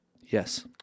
Yes